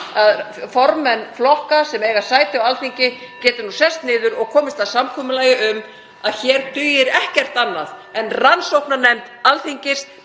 að formenn flokka sem eiga sæti á Alþingi geti sest niður og komist að samkomulagi um að hér dugi ekkert annað en rannsóknarnefnd Alþingis